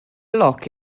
lock